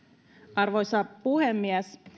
arvoisa puhemies